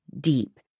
deep